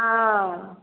आओर